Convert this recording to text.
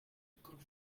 good